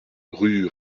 rue